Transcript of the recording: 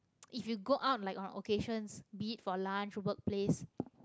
if you go out like on occasions be it for lunch workplace